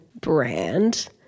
brand